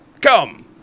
Come